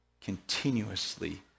continuously